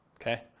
Okay